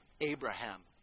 Abraham